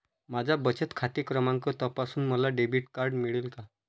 माझा बचत खाते क्रमांक तपासून मला डेबिट कार्ड मिळेल का?